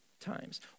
times